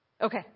Okay